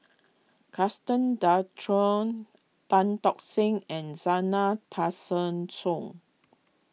Gaston Dutro Tan Tock Seng and Zena Tessensohn